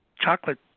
chocolate